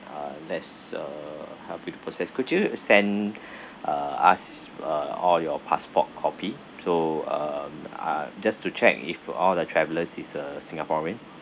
uh let's uh help you to process could you send uh us uh all your passport copy so uh uh just to check if all the travellers is uh singaporean